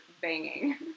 banging